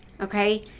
okay